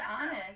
honest